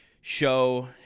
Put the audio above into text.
show